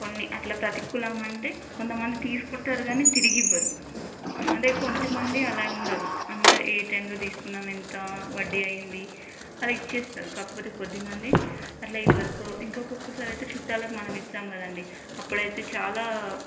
కొన్ని అట్ల ప్రతికూలమంటే కొంతమంది తీసుకుంటారు గానీ తిరిగి ఇవ్వరు అదే కొద్దిమంది అలా ఉండరు అందరు ఏ టైమ్లో తీసుకున్నాం ఎంత వడ్డీ అయ్యింది అలా ఇచ్చేస్తారు కాకపోతే కొద్దిమంది అట్ల ఇవ్వరు ఇంకా ఒక్కొక్కసారి అయితే చుట్టాలకు మనం ఇస్తాం కదండీ అప్పుడైతే చాలా